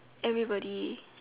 everybody